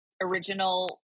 original